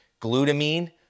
Glutamine